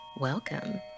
welcome